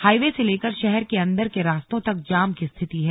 highway से लेकर शहर के अंदर के रास्तों तक जाम की स्थिति है